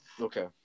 Okay